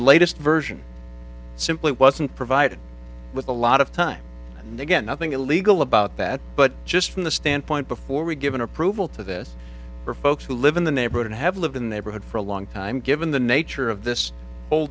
latest version i simply wasn't provided with a lot of time and again nothing illegal about that but just from the standpoint before we give an approval to this for folks who live in the neighborhood and have lived in their hood for a long time given the nature of this whole